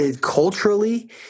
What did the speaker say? culturally